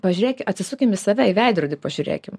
pažiūrėk atsisukime į save į veidrodį pažiūrėkim